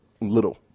little